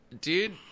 dude